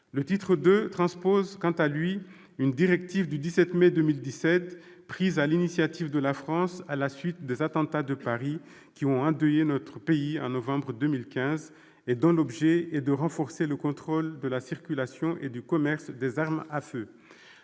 Le titre II transpose, quant à lui, une directive du 17 mai 2017, prise à l'initiative de la France à la suite des attentats de Paris qui ont endeuillé notre pays en novembre 2015, et dont l'objet est de renforcer le contrôle de la circulation et du commerce des armes à feu.